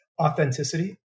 authenticity